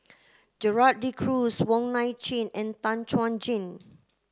Gerald De Cruz Wong Nai Chin and Tan Chuan Jin